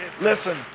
Listen